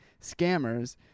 scammers